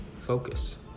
focus